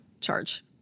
charge